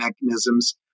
mechanisms